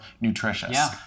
nutritious